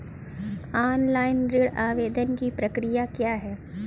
Online ऋण आवेदन की प्रक्रिया क्या है?